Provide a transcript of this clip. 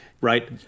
Right